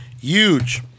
Huge